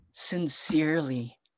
sincerely